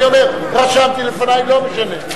אני אומר: רשמתי לפני, לא משנה.